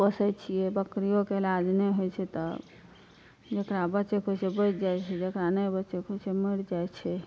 पोसय छियै बकरियोके इलाज नहि होइ छै तब जेकरा बचेके होइ छै बचि जाइ छै जेकरा नहि बचेके होइ छै मरि जाइ छै